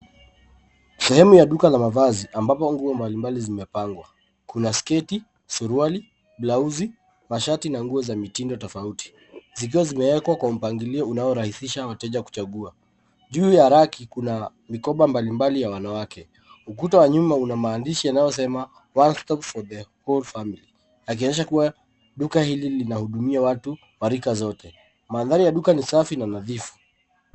Sehemu ya duka la mavazi , ambapo nguo mbalimbali zimepangwa. Kuna sketi, suruali, blauzi, mashati na nguo za mitindo tofauti, zikiwa zimewekwa kwa mpangilio unaorahisisha wateja kuchagua. Juu ya raki, kuna mikoba mbalimbali ya wanawake, ukuta wa nyuma kuna maandishi yanayosema one stop for the whole family akionyesha kuwa duka hili lina hudumia watu wa rika zote. Mandhari ya duka ni safi na nadhifu.